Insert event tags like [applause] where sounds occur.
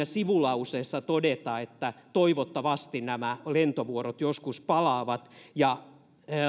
[unintelligible] sivulauseessa todeta että toivottavasti nämä lentovuorot joskus palaavat ja